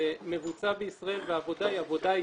ומבוצע בישראל והעבודה היא עבודה ישראלית.